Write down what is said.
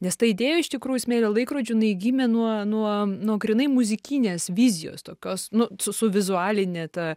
nes ta idėja iš tikrųjų smėlio laikrodžio jinai gimė nuo nuo nuo grynai muzikinės vizijos tokios nu su su vizualine ta